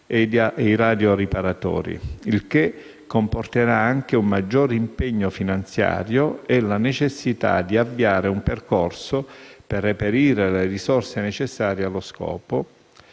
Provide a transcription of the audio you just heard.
e i radioriparatori - il che comporterà anche un maggior impegno finanziario e la necessità di avviare un percorso per reperire le risorse necessarie allo scopo